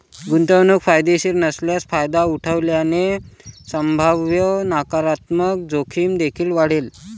गुंतवणूक फायदेशीर नसल्यास फायदा उठवल्याने संभाव्य नकारात्मक जोखीम देखील वाढेल